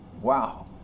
Wow